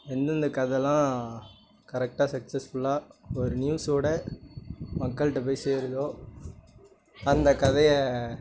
எந்தெந்த கதைல்லாம் கரெக்டாக சக்சஸ்ஃபுல்லாக ஒரு நியூசோட மக்கள்கிட்ட போய் சேருதோ அந்த கதையை